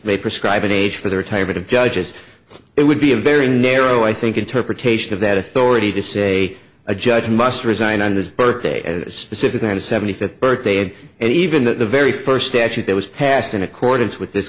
may prescribe an age for the retirement of judges it would be a very narrow i think interpretation of that authority to say a judge must resign on his birthday specifically on the seventy fifth birthday and and even that the very first statute that was passed in accordance with this